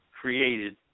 created